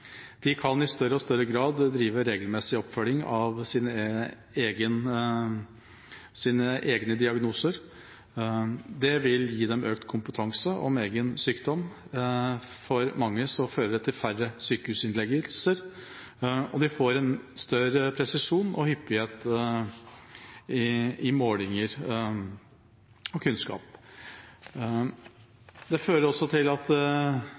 De kan i større og større grad drive regelmessig oppfølging av sine egne diagnoser. Det vil gi dem økt kompetanse om egen sykdom. For mange fører det til færre sykehusinnleggelser, og de får en større presisjon og hyppighet i målinger og kunnskap. Det fører også til at